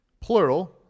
plural